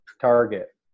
Target